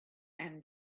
and